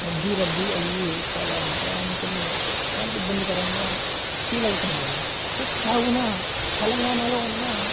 రద్దీ రద్దీ అయ్యి చాలా ప్రయాణికులు చాలా ఇబ్బందికరంగా ఫీల్ అవుతున్నారు సో కావున తెలంగాణలో ఉన్న